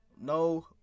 No